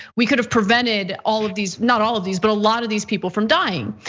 we could've prevented all of these, not all of these, but a lot of these people from dying.